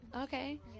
Okay